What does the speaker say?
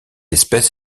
espèce